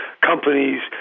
companies